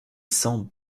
sang